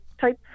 type